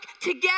together